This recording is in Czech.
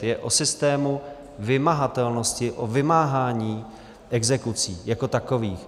Je o systému vymahatelnosti, o vymáhání exekucí jako takových.